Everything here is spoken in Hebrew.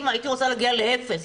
הייתי רוצה להגיע לאפס,